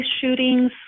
shootings